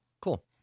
cool